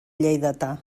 lleidatà